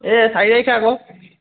এই চাৰি তাৰিখে আকৌ